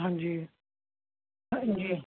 ਹਾਂਜੀ ਹਾਂਜੀ